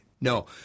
No